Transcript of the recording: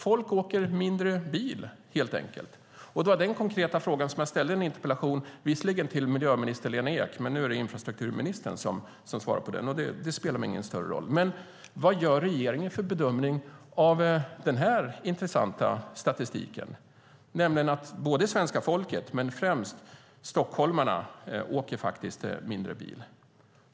Folk åker mindre bil, helt enkelt. Det var detta som jag ställde en konkret fråga om i min interpellation, visserligen till miljöminister Lena Ek, men nu är det infrastrukturministern som svarar på den, och det spelar mig ingen större roll. Vad gör regeringen för bedömning av den här intressanta statistiken? Svenska folket, och då främst stockholmarna, åker faktiskt mindre bil.